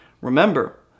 remember